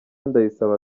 ndayisaba